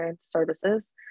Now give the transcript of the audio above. services